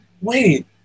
wait